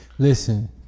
Listen